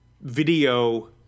video